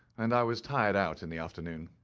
and i was tired out in the afternoon.